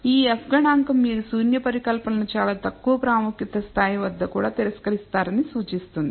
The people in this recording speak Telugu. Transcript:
ఈ F గణాంకం మీరు శూన్య పరికల్పనను చాలా తక్కువ ప్రాముఖ్యత స్థాయి వద్ద కూడా తిరస్కరిస్తారని సూచిస్తుంది